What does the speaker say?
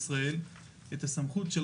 יש סיכוי שנצליח,